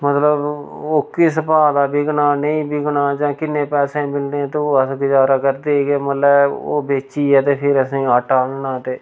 मतलब ओह् किस भाऽ दा बिकना नेईं बिकना जां किन्नै पैसे मिलने तो अस गजारा करदे हे के मतलब ओह् बेचियै ते फिर असें आटा आह्नना ते